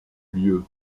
lieu